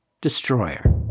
Destroyer